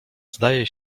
zdaje